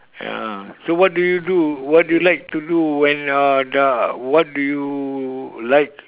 ya so what do you do what do you like to do when uh the what do you like